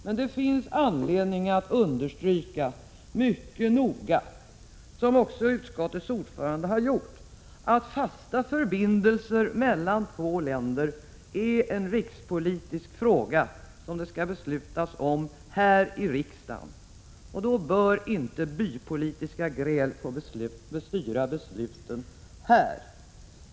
Men det finns anledning att understryka mycket noga, som också utskottets ordförande har gjort, att fasta förbindelser mellan två länder är en rikspolitisk fråga som det skall beslutas om här i riksdagen, och då bör inte bypolitiska gräl få styra besluten här.